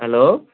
hello